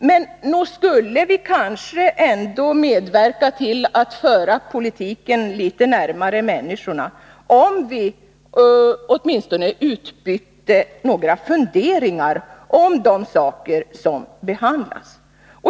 Men nog skulle vi medverka till att föra politiken litet närmare människorna, om vi åtminstone utbytte några funderingar om de saker som behandlats.